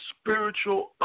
spiritual